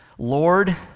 Lord